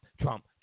Trump